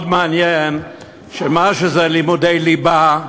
מאוד מעניין שמה שזה לימודי ליבה,